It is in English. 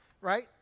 right